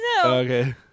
Okay